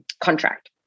contract